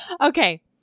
Okay